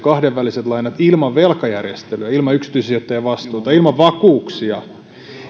kahdenväliset lainat ilman velkajärjestelyä ilman yksityisen sijoittajan vastuuta ilman vakuuksia